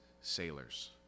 sailors